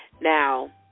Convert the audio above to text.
Now